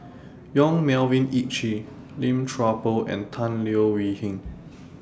Yong Melvin Yik Chye Lim Chuan Poh and Tan Leo Wee Hin